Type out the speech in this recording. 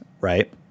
right